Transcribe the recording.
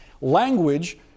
language